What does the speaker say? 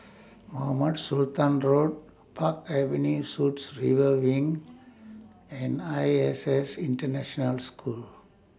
Mohamed Sultan Road Park Avenue Suites River Wing and I S S International School